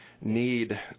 need